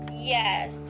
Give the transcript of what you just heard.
Yes